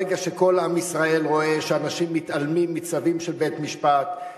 ברגע שכל עם ישראל רואה שאנשים מתעלמים מצווים של בית-משפט,